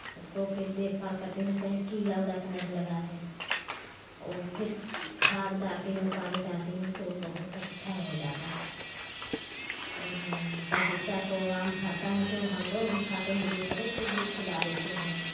उसको फिर देखभाल करती हूँ कहीं कीड़ा उडा तो नहीं लगा है और फिर खाद डालती हूँ वो पानी डालती हूँ तो बहुत अच्छा हो जाता है और बगीचा को आम फलता है तो हम लोग भी खाते हैं दूसरे को भी खिला देते हैं